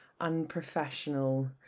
unprofessional